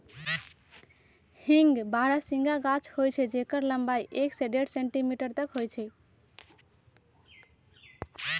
हींग बरहमसिया गाछ होइ छइ जेकर लम्बाई एक से डेढ़ सेंटीमीटर तक होइ छइ